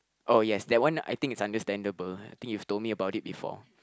oh yes that one I think is understandable I think you've told me about it before